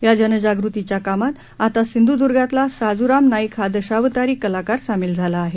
या जनजागृतीच्या कामात आता सिंधुदुर्गातला साजुराम नाईक हा दशावतारी कलाकार सामील झाला आहे